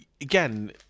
again